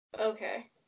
okay